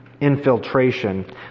infiltration